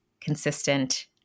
consistent